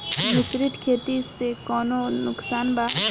मिश्रित खेती से कौनो नुकसान बा?